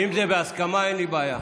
אם זה בהסכמה, אין לי בעיה.